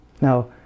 Now